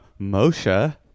Moshe